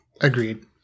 agreed